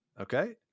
Okay